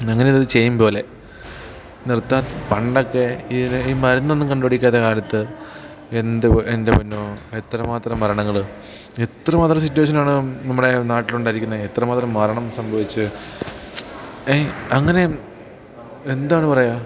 അങ്ങനെ ഇത് ചെയ്യും പോലെ നിർത്താൻ പണ്ടൊക്കെ ഈ ഈ മരുന്നൊന്നും കണ്ടുപിടിക്കാത്ത കാലത്ത് എന്ത് എൻ്റെ പോന്നോ എത്ര മാത്രം മരണങ്ങൾ എത്ര മാത്രം സിറ്റുവേഷനാണ് നമ്മുടെ നാട്ടിലുണ്ടായിരിക്കുന്നത് എത്ര മാത്രം മരണം സംഭവിച്ചു ഏ അങ്ങനെ എന്താണ് പറയുക